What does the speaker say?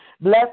bless